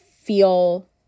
feel